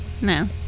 No